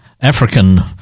African